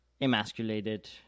emasculated